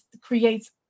creates